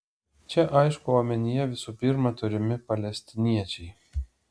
čia aišku omenyje visų pirma turimi palestiniečiai